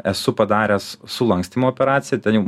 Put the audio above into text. esu padaręs sulankstymo operaciją ten jau